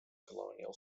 colonial